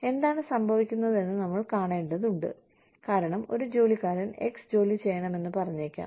എന്താണ് സംഭവിക്കുന്നതെന്ന് നമ്മൾ കാണേണ്ടതുണ്ട് കാരണം ഒരു ജോലിക്കാരൻ X ജോലി ചെയ്യണമെന്ന് പറഞ്ഞേക്കാം